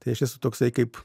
tai aš esu toksai kaip